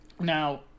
now